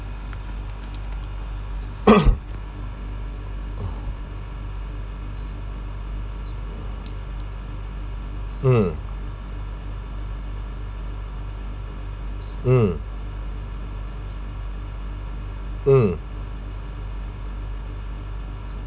mm mm mm